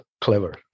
clever